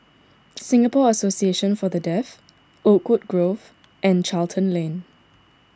Singapore Association for the Deaf Oakwood Grove and Charlton Lane